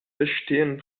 verstehen